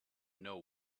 know